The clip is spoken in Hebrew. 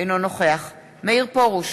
אינו נוכח מאיר פרוש,